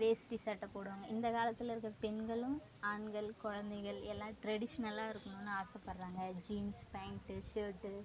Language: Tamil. வேஷ்டி சட்டை போடுவாங்க இந்த காலத்தில் இருக்கிற பெண்களும் ஆண்கள் குழந்தைகள் எல்லாம் ட்ரெடிஷனலாக இருக்கணுன்னு ஆசைப்பட்றாங்க ஜீன்ஸ் பேண்ட்டு ஷர்ட்டு